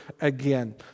again